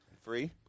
free